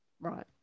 Right